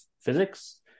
physics